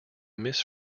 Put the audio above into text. miss